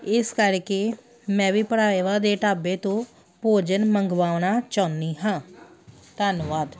ਇਸ ਕਰਕੇ ਮੈਂ ਵੀ ਭਰਾਵਾਂ ਦੇ ਢਾਬੇ ਤੋਂ ਭੋਜਨ ਮੰਗਵਾਉਣਾ ਚਾਹੁੰਦੀ ਹਾਂ ਧੰਨਵਾਦ